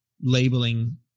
labeling